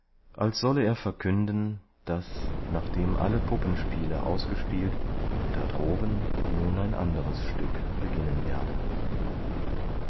als solle er verkünden daß nachdem alle puppenspiele ausgespielt da droben nun ein anderes stück beginnen werde